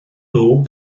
nhw